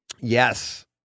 Yes